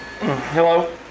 Hello